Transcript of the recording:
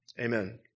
Amen